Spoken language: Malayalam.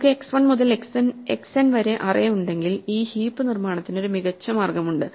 നമുക്ക് x 1 മുതൽ xn വരെ അറേ ഉണ്ടെങ്കിൽ ഈ ഹീപ്പ് നിർമ്മാണത്തിന് ഒരു മികച്ച മാർഗമുണ്ട്